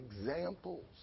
examples